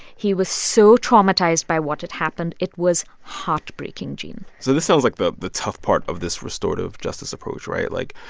he was so traumatized by what had happened. it was heartbreaking, gene so this sounds like the the tough part of this restorative justice approach. right? like,